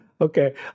Okay